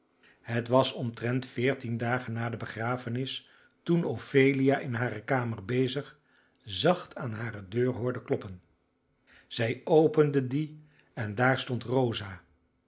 het was omtrent veertien dagen na de begrafenis toen ophelia in hare kamer bezig zacht aan hare deur hoorde kloppen zij opende die en daar stond rosa